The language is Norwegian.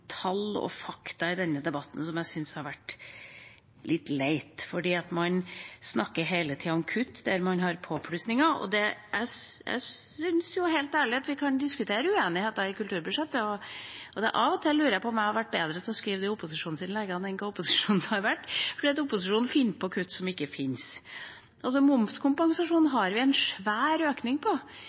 tall og fakta i denne debatten som jeg syns har vært litt leit. Man snakker hele tiden om kutt der man har påplussinger. Jeg synes helt ærlig at vi kan diskutere uenigheter i kulturbudsjettet, men av og til lurer jeg på om jeg hadde vært bedre til å skrive opposisjonsinnleggene enn opposisjonen har vært, for opposisjonen finner på kutt som ikke finnes. Momskompensasjonen har vi en svær økning på.